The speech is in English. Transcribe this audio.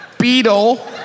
Beetle